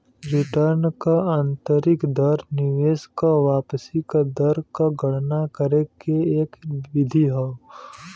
return क आंतरिक दर निवेश क वापसी क दर क गणना करे के एक विधि हौ